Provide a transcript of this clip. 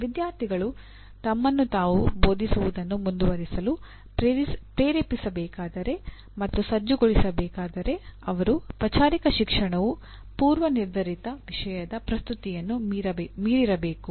ವಿದ್ಯಾರ್ಥಿಗಳು ತಮ್ಮನ್ನು ತಾವು ಬೋಧಿಸುವುದನ್ನು ಮುಂದುವರಿಸಲು ಪ್ರೇರೇಪಿಸಬೇಕಾದರೆ ಮತ್ತು ಸಜ್ಜುಗೊಳ್ಳಬೇಕಾದರೆ ಅವರ ಪಚಾರಿಕ ಶಿಕ್ಷಣವು ಪೂರ್ವನಿರ್ಧರಿತ ವಿಷಯದ ಪ್ರಸ್ತುತಿಯನ್ನು ಮೀರಿರಬೇಕು